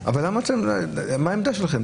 מה העמדה שלכם?